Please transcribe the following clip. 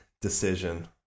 decision